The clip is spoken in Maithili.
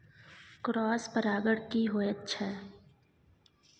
क्रॉस परागण की होयत छै?